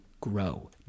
grow